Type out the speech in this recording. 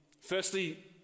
firstly